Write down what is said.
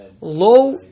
low